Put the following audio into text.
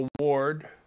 award